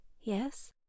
Yes